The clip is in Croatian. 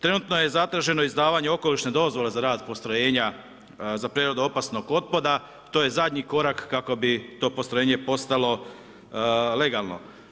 Trenutno je zatraženo izdavanje okolišne dozvole za rad postrojenja za preradu opasnog otpada, to je zadnji korak kako bi to postrojenje postalo legalno.